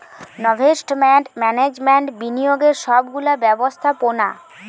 investment management বিনিয়োগের সব গুলা ব্যবস্থাপোনা